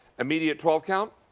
immediate twelve count,